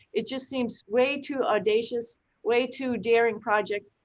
it just seems way too audacious way too daring project.